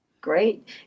Great